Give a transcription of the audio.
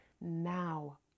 Now